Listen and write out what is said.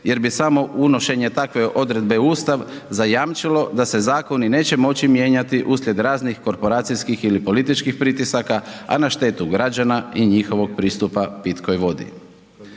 jer bi samo unošenje takve odredbe u Ustav zajamčilo da se zakoni neće moći mijenjati uslijed raznih korporacijskih ili političkih pritisaka, a na štetu građana i njihovog pristupa pitkoj vodi.